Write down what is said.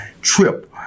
trip